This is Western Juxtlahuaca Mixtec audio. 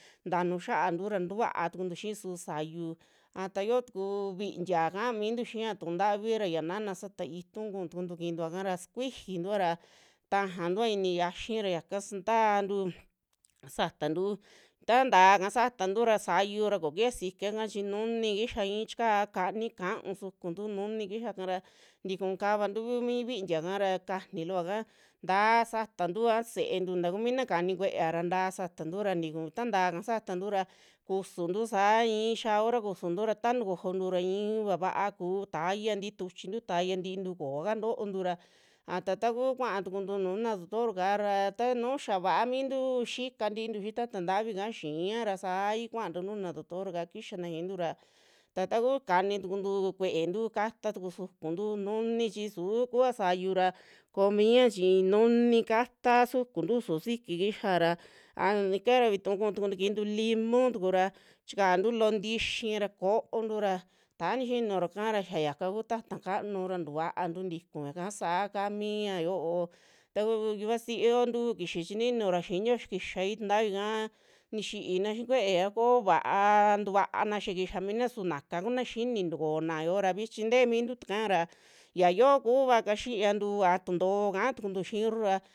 Tanuu xiantu ra tuvaa tukuntu xii su sayu, ta yoo tuku vintia ka'a mintu xia tu'un ntavi ra yanana sata itu ku'u tuku kintuaka ra sikuijintua ra tajantua i'ini xiayi ra yaka satantu satantu, ta ntaaka satantu ra sayura kokixa sikiaka chi nuni kixa i'i chikaa kani kaaun sukuntu nini kixaka ra, tiku kavantu vi- mi vintia kaa ra kajaani loo vaka ntaa satantu a sentu takuu mina kani kue'eara ta'a ra tiku ta ta'aka satantu ra, kusuntu saa i'i xaa hora kusuntu ra taa tujoontu ra i'i vaa va kuu taxia ntii tuchintu, taya tiintu kooka to'ontu ra, a ta taku kuaa tukuntu nujuna doctor kara tanuu xia va'a mintuu xika tiintu xii taata ntavika xiara sa'ai kuantu nujuna doctor kixa xiintu ra, ta taku kani tukuntu kueentu katatuku sukuntu nuni chi su'u kua sayu ra ko'o miiya chi nuni kataa sukuntu su siki kixa ra an ika vituu kuu tukuntu ki'i limu tukura chikantu loo tixii ra ko'ontu ra, tani xinuraka ra xia yaka kuu taata kanu ra tuvaantu tiku, yaka saa kaa miña yoo taku yuvasio ntu kixi chi ninura xinio xaa kixai tuntavika nixiina xi'i kuee a koo vaa'a tuvuana yakixa miina su naka kuna xini tukuona yo'o ra, vichi te'e mintu takaara ya yo'o kuava kaa xiantu, a tuntoo ka'a tukuntu xiirru ra.